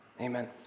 Amen